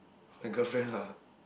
my girlfriend lah